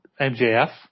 MJF